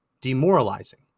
demoralizing